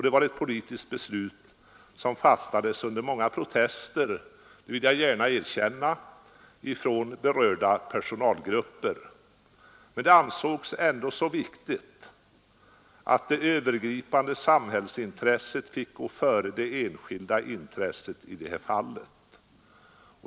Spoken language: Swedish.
Det var ett politiskt beslut som fattades under många protester — det vill jag gärna erkänna — från berörda personalgrupper. Men det ansågs ändå så viktigt att det övergripande samhällsintresset fick gå före det enskilda intresset i detta fall.